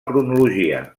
cronologia